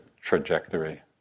trajectory